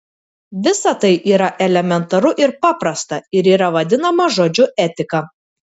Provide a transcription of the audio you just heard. visa tai yra elementaru ir paprasta ir yra vadinama žodžiu etika